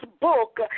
book